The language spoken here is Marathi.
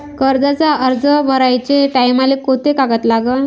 कर्जाचा अर्ज भराचे टायमाले कोंते कागद लागन?